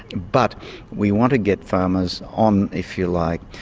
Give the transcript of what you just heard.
but we want to get farmers on, if you like,